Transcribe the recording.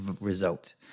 result